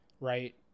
Right